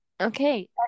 Okay